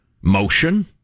motion